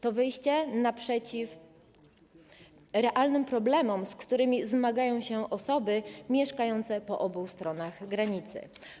To wyjście naprzeciw realnym problemom, z którymi zmagają się osoby mieszkające po obu stronach granicy.